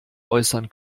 äußern